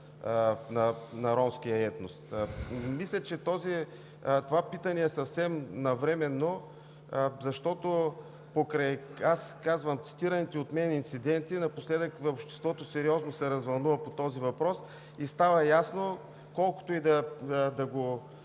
на ромския етнос. Мисля, че това питане е съвсем навременно, защото, покрай цитираните от мен инциденти напоследък, обществото сериозно се развълнува по този въпрос и става ясно колкото и да